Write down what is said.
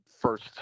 first